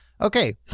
okay